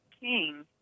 King